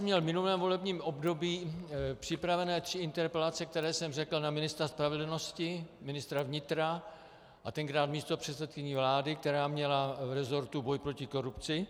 Měl jsem v minulém volebním období připravené tři interpelace, které jsem řekl, na ministra spravedlnosti, ministra vnitra a tenkrát místopředsedkyni vlády, která měla v resortu boj proti korupci.